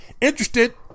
Interested